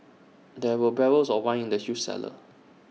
there were barrels of wine in the huge cellar